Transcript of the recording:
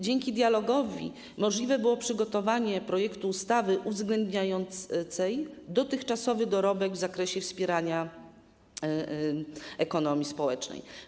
Dzięki dialogowi możliwe było przygotowanie projektu ustawy uwzględniającej dotychczasowy dorobek w zakresie wspierania ekonomii społecznej.